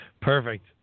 Perfect